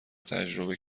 تجربه